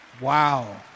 Wow